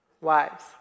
Wives